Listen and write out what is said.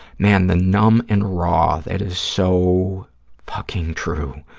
man, the numb and raw, that is so fucking true.